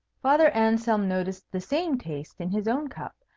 father anselm noticed the same taste in his own cup,